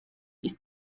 ist